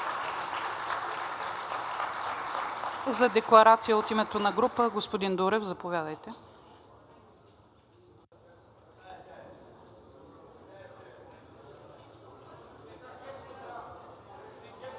За декларация от името на група – господин Дурев, заповядайте. ГАЛИН